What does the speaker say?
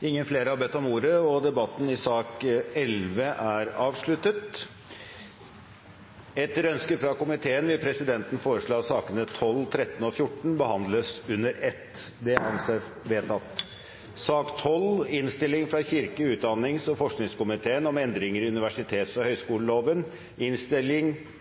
Flere har ikke bedt om ordet til sak nr. 11. Etter ønske fra kirke-, utdannings- og forskningskomiteen vil presidenten foreslå at sakene nr. 12, 13 og 14 behandles under ett. – Det anses vedtatt. Etter ønske fra kirke-, utdannings- og forskningskomiteen vil presidenten foreslå at taletiden blir begrenset til 5 minutter til hver gruppe og